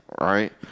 right